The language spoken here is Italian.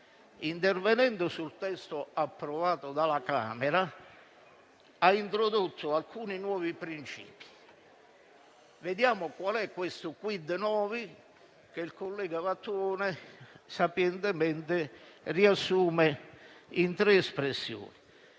intervenendo sul testo approvato dalla Camera dei deputati, ha introdotto alcuni nuovi principi. Vediamo qual è questo *quid novi* che il collega Vattuone sapientemente riassume in tre espressioni: